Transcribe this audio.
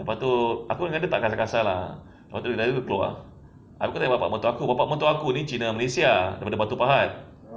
lepas tu aku dengan dia tak kasar-kasar lah lepas tu dia keluar aku tengok bapak mertua aku bapak mertua aku ni cina malaysia daripada batu pahat